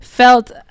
Felt